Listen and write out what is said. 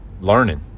learning